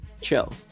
chill